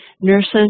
nurses